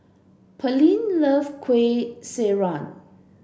Pearlene love Kueh Syara